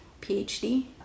phd